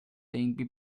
tempi